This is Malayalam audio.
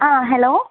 ആ ഹലോ